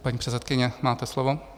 Paní předsedkyně, máte slovo.